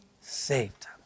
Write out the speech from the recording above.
saved